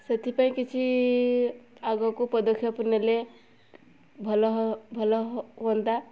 ସେଥିପାଇଁ କିଛି ଆଗକୁ ପଦକ୍ଷେପ ନେଲେ ଭଲ ଭଲ ହୁଅନ୍ତା